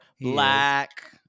black